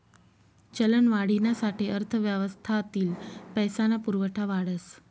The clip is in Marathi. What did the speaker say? चलनवाढीना साठे अर्थव्यवस्थातील पैसा ना पुरवठा वाढस